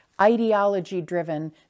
ideology-driven